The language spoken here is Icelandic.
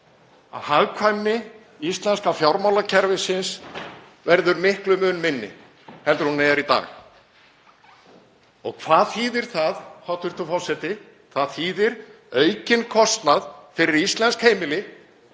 að hagkvæmni íslenska fjármálakerfisins verður miklum mun minni en hún er í dag. Og hvað þýðir það, hæstv. forseti? Það þýðir aukinn kostnað fyrir íslensk heimili.